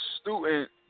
student